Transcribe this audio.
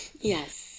Yes